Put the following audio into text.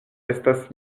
estas